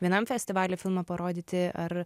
vienam festivaly filmą parodyti ar